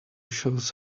shows